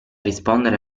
rispondere